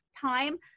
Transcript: time